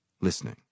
listening